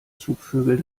zugvögel